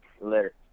Later